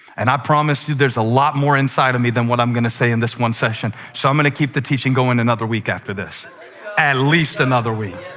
and i promise you there's a lot more inside of me than what i'm going to say in this one session, so i'm going to keep the teaching going another week after this and least another week